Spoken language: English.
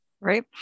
Right